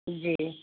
جی